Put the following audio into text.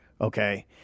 Okay